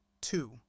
Two